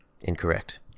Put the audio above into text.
Incorrect